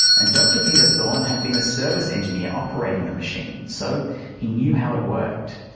and dr peter thorne had been a service engineer operating the machine, so he knew how it worked.